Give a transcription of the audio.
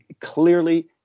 clearly